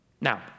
Now